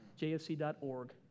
jfc.org